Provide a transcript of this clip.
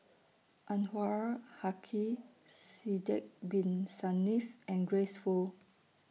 Anwarul Haque Sidek Bin Saniff and Grace Fu